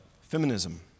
feminism